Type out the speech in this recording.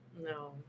No